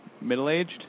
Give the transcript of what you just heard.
middle-aged